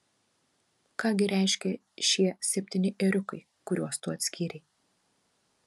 ką gi reiškia šie septyni ėriukai kuriuos tu atskyrei